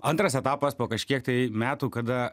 antras etapas po kažkiek tai metų kada